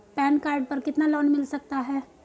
Pan card पर कितना loan मिल सकता है?